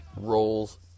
roles